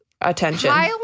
attention